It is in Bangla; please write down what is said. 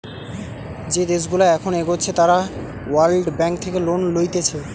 যে দেশগুলা এখন এগোচ্ছে তারা ওয়ার্ল্ড ব্যাঙ্ক থেকে লোন লইতেছে